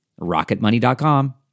Rocketmoney.com